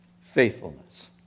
Faithfulness